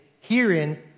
Herein